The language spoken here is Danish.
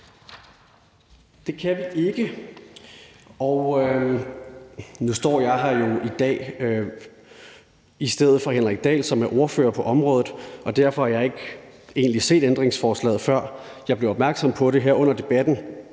Det kan vi ikke. Nu står jeg jo her i dag i stedet for Henrik Dahl, som er ordfører på området, og derfor har jeg egentlig ikke set ændringsforslaget før. Jeg blev opmærksom på det her under debatten,